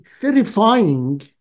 terrifying